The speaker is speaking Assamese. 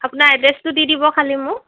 আপোনাৰ এড্ৰেছটো দি দিব খালী মোক